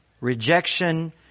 rejection